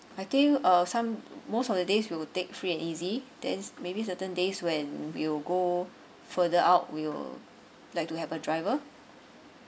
I think uh some most of the days we will take free and easy then maybe certain days when we will go further out we'll like to have a driver